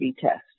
test